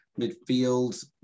midfield